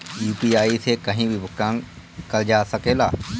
UPI से कहीं भी भुगतान कर जा सकेला?